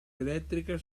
elettrica